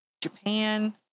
Japan